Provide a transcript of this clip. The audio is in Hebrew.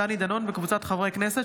דני דנון וקבוצת חברי הכנסת,